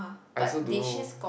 I also don't know